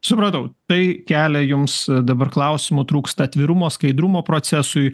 supratau tai kelia jums dabar klausimų trūksta atvirumo skaidrumo procesui